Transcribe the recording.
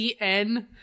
cn